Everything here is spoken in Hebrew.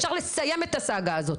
אפשר לסיים את הסגה הזאת.